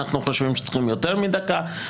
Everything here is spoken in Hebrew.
אנחנו חושבים שצריכים יותר מדקה,